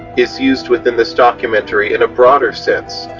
is used within this documentary in a broader sense,